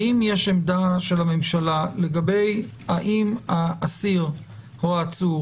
האם יש עמדה של הממשלה לגבי האם האסיר או העצור